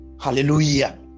Hallelujah